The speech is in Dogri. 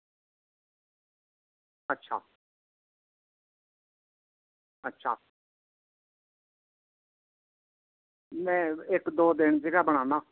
अच्छा अच्छा में इक दो दिन च गै बनान्ना